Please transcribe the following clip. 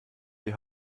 die